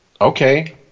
okay